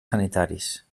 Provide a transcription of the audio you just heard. sanitaris